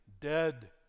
dead